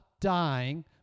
dying